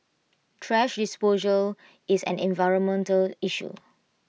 thrash disposal is an environmental issue